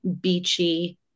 beachy